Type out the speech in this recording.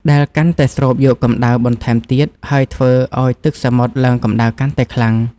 ដែលកាន់តែស្រូបយកកម្ដៅបន្ថែមទៀត ហើយធ្វើឱ្យទឹកសមុទ្រឡើងកម្ដៅកាន់តែខ្លាំង។